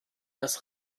das